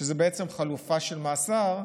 שזה בעצם חלופה של מאסר.